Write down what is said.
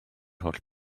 holl